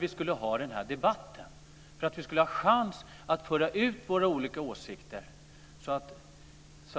Vi skulle väl ha den här debatten för att vi skulle ha en chans att föra ut våra olika åsikter så